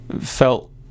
felt